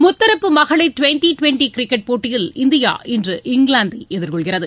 முத்தரப்பு மகளிர் twenty twenty cricket போட்டியில் இந்தியா இன்று இங்கிலாந்தை எதிர்கொள்கிறது